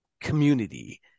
community